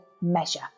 measure